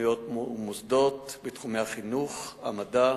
ומוסדות בתחומי החינוך, המדע,